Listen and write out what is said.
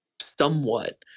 somewhat